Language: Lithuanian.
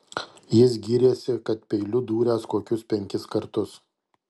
jis gyrėsi kad peiliu dūręs kokius penkis kartus